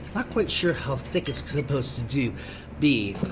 not quite sure how thick it's supposed to to be.